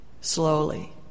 slowly